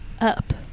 up